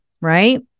right